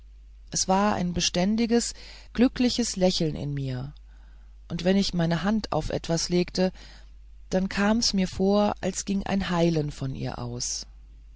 es war ein beständiges glückliches lächeln in mir und wenn ich meine hand auf etwas legte kam mir's vor als ginge ein heilen von ihr aus